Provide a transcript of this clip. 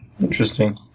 Interesting